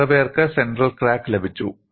എത്ര പേർക്ക് central crack ലഭിച്ചു